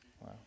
Wow